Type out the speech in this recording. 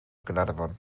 gaernarfon